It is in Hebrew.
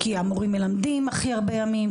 כי המורים מלמדים הכי הרבה ימים,